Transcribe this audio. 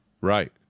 Right